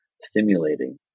stimulating